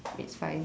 it's fine